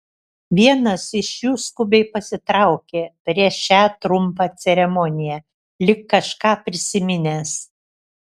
vienas iš jų skubiai pasitraukė prieš šią trumpą ceremoniją lyg kažką prisiminęs